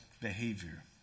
behavior